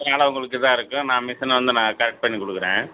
அதனால் உங்களுக்கு இதாருக்கும் நான் மிசினை வந்து நான் கரெக்ட் பண்ணி கொடுக்கறேன்